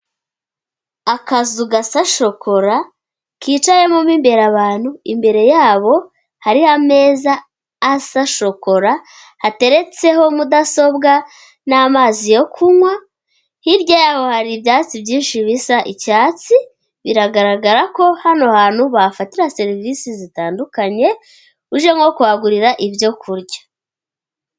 Akazu gasa shokora, kicayemo mo mbere abantu, imbere y'abo hari ameza asa shokora hateretseho mudasobwa n'amazi yo kunywa, hirya y'abo hari ibyatsi byinshi bisa icyatsi, biragaragara ko hano hantu bahafatira serivisi zitandukanye, uje nko kuhagurira ibyo kurya.